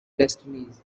destinies